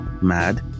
mad